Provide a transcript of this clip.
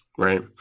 Right